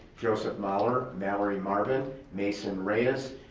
joseph maller, mallory marvin, mason reyes,